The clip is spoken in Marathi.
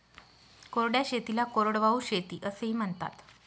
कोरड्या शेतीला कोरडवाहू शेती असेही म्हणतात